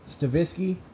Stavisky